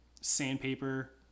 sandpaper